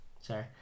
Sorry